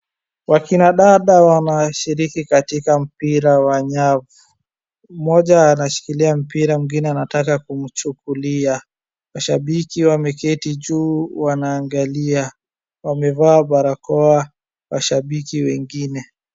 Wakinadada wanashiriki katika mpira wa nyavu. Mmoja anashikilia mpira mwingine anataka kumchukulia. Mashabiki wameketi juu wanaangalia. Wamevaa barakoa mashabiki wengine.